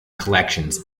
collections